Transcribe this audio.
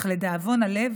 אך לדאבון הלב,